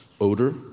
odor